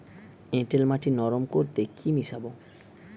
এঁটেল মাটি নরম করতে কি মিশাব?